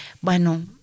bueno